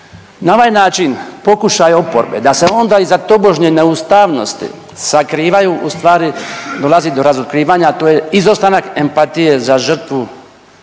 Na ovaj način pokušaj oporbe da se onda iza tobožnje neustavnosti sakrivaju u stvari, dolazi do razotkrivanja to je izostanak empatije za žrtvu